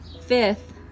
fifth